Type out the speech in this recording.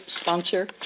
Sponsor